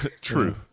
True